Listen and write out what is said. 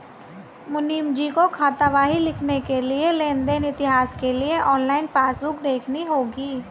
मुनीमजी को खातावाही लिखने के लिए लेन देन इतिहास के लिए ऑनलाइन पासबुक देखनी होगी